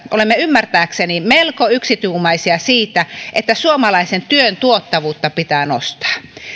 olemme ymmärtääkseni melko yksituumaisia siitä että suomalaisen työn tuottavuutta pitää nostaa